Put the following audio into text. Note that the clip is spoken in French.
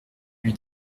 lui